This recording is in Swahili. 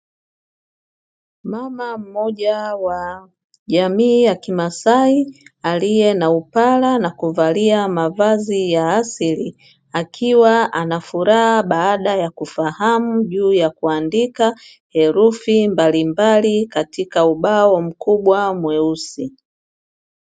Mama mmoja wa jamii ya kimasai aliye na upara na kuvalia mavazi ya asili, akiwa ana furaha baada ya kufahamu juu ya kuandika herufi mbalimbali katika ubao mkubwa mweusi